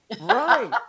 right